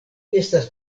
estas